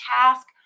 task